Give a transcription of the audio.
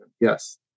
yes